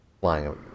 flying